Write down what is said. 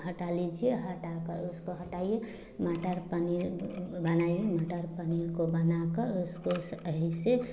हटा लीजिए हटाकर उसको हटाइए मटर पानी उबाल ले मटर पनीर को बनाकर उसको स ऐसे